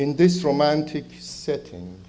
in this romantic setting